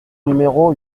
numéro